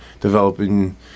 developing